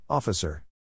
Officer